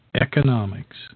economics